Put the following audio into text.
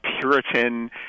Puritan